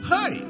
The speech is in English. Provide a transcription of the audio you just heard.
Hey